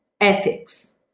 ethics